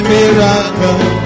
Miracle